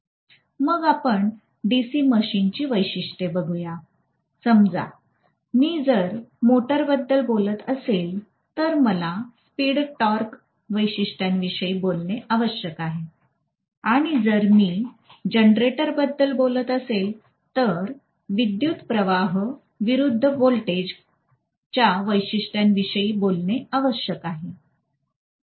मग आपण डीसी मशीनची वैशिष्ट्ये बघुया समजा मी जर मोटारबद्दल बोलत असेल तर मला स्पीड टॉर्क वैशिष्ट्यांविषयी बोलणे आवश्यक आहे आणि जर मी जनरेटरबद्दल बोलत असेल तर विद्युतप्रवाह विरूद्ध व्होल्टेज च्या वैशिष्ट्यांविषयी बोलणे आवश्यक आहे